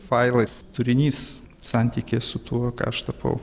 failai turinys santykis su tuo ką aš tapau